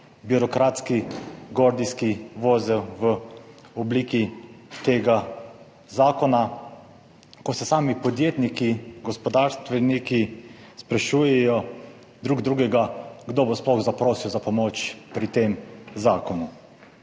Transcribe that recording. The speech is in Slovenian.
birokratski gordijski vozel v obliki tega zakona, ko sami podjetniki, gospodarstveniki sprašujejo drug drugega, kdo bo sploh zaprosil za pomoč pri tem zakonu.